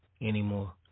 anymore